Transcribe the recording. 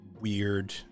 weird